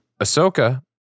ahsoka